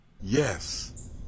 Yes